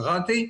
קראתי.